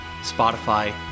Spotify